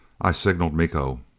i signaled miko.